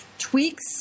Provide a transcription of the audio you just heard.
tweaks